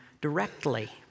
directly